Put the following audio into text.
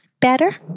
better